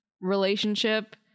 relationship